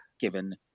given